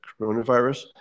coronavirus